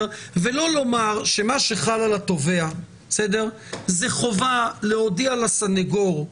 ולא לומר שמה שחל על התובע זה חובה להודיע לסנגור: